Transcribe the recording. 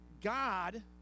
God